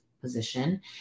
position